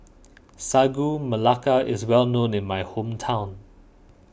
Sagu Melaka is well known in my hometown